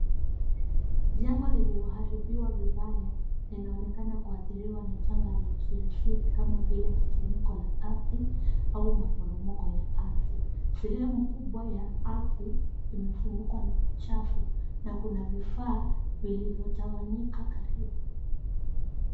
Jengo lilioharibiwa vibaya inaonekana kuadhiriwa na janga la kiasili kama vile tetemeko la ardhi au maporomoko ya ardhi. Sehemu kubwa ya ardhi imefunikwa na uchafu na kuna vifaa vilivyo tawanyika karibu.